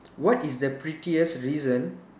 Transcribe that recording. what is the prettiest reason